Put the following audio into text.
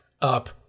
up